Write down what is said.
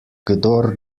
kdor